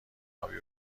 ابی